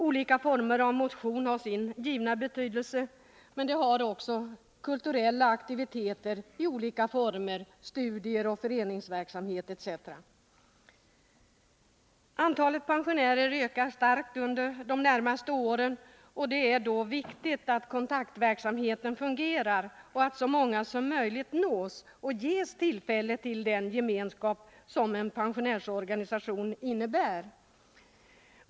Olika former av motion har sin givna betydelse, men det har också kulturella aktiviteter av olika slag som studier och föreningsverksamhet. Antalet pensionärer ökar starkt under de närmaste åren, och det är då viktigt att kontaktverksamheten fungerar och att så många som möjligt nås och ges tillfälle till den gemenskap som en pensionärsorganisation innebär.